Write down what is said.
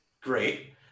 great